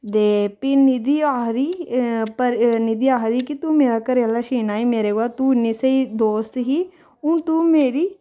ते फ्ही निधि आखदी परी निधि आखदी कि तूं मैरा घरै आह्ला छीनै ई मेरे कोला तूं इन्नी स्हेई दोस्त ही हून तूं मेरी